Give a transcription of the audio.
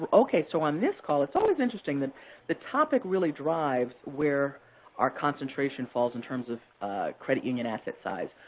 okay, so on this call it's always interesting. the the topic really drives where our concentration falls in terms of credit union asset size.